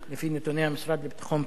לפי נתוני המשרד לביטחון פנים,